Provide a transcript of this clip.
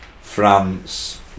France